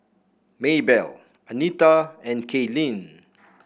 Maebelle Anita and Kaylene